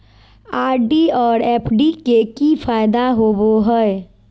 RD और FD के की फायदा होबो हइ?